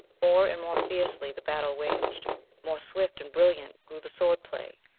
more and more fiercely the battle waged more swift and brilliant grew the sword-play,